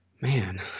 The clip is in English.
Man